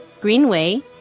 Greenway